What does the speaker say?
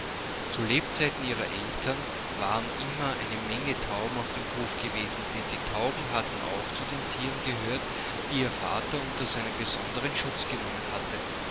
zu lebzeiten ihrer eltern waren immer eine menge tauben auf dem hof gewesen denn die tauben hatten auch zu den tieren gehört die ihr vater unter seinen besonderen schutz genommen hatte